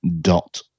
dot